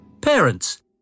Parents